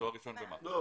לא.